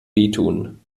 wehtun